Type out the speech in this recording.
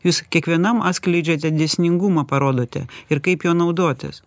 jūs kiekvienam atskleidžiate dėsningumą parodote ir kaip juo naudotis